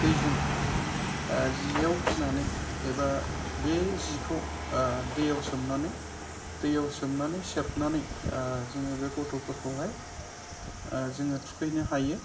दैजों जियाव फिनानै एबा बे जिखौ दैयाव सोमनानै दैयाव सोमनानै सेबनानै जोङो बे गथ'फोरखौहाय जोङो थुखैनो हायो